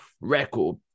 record